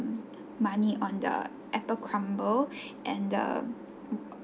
money on the apple crumble and the